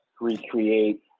recreate